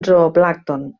zooplàncton